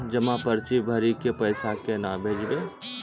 जमा पर्ची भरी के पैसा केना भेजबे?